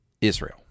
Israel